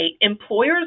employers